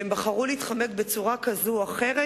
והם בחרו להתחמק בצורה כזאת או אחרת,